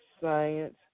science